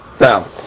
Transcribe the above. Now